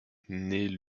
naît